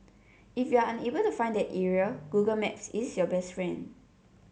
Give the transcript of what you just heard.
if you're unable to find the area Google Maps is your best friend